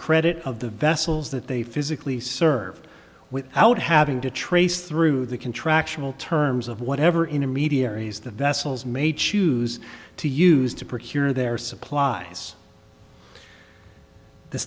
credit of the vessels that they physically serve without having to trace through the contractual terms of whatever intermediaries the vessels may choose to use to procure their supplies the